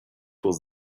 was